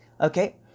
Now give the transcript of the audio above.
okay